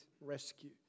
rescue